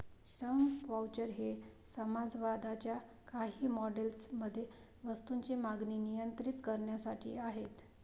श्रम व्हाउचर हे समाजवादाच्या काही मॉडेल्स मध्ये वस्तूंची मागणी नियंत्रित करण्यासाठी आहेत